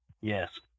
Yes